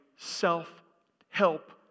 Self-help